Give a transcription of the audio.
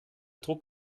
druck